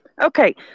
Okay